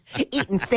Eating